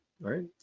right